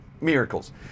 miracles